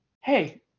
Hey